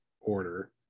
Order